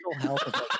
health